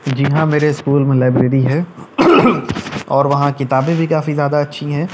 جی ہاں میرے اسکول میں لائبریری ہے اور وہاں کتابیں بھی کافی زیادہ اچھی ہیں